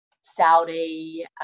Saudi